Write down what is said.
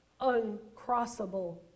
uncrossable